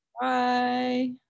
Bye